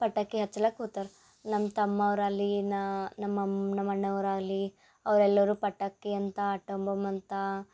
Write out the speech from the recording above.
ಪಟಾಕಿ ಹಚ್ಲಾಕೆ ಕೂತರ್ ನಮ್ಮ ತಮ್ಮ ಅವ್ರು ಅಲ್ಲಿ ನಾ ನಮ್ಮ ಅಮ್ಮ ನಮ್ಮ ಅಣ್ಣ ಅವ್ರು ಆಗಲಿ ಅವರೆಲ್ಲರು ಪಟಾಕಿಯಂತ ಆಟಂ ಬಾಂಬ್ ಅಂತ